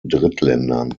drittländern